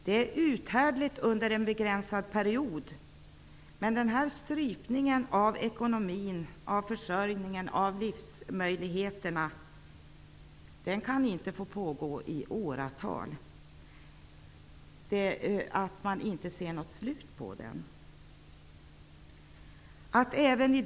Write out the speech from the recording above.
Det är uthärdligt under en begränsad period, men den här strypningen av ekonomin, av försörjningen och av livsmöjligheterna kan inte få pågå i åratal, utan att man ser något slut på den.